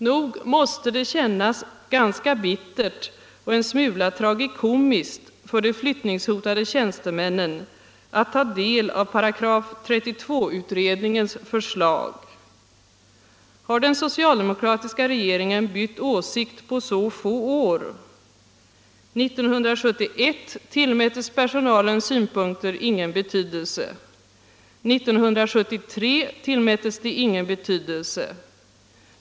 Nog måste det kännas ganska bittert och en smula tragikomiskt för de flyttningshotade tjänstemännen att ta del av § 32-utredningens förslag. Har den socialdemokratiska regeringen bytt åsikt på så få år? 1971 tillmättes personalens synpunkter ingen betydelse. 1973 tillmättes de ingen betydelse.